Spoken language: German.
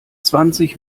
zwanzig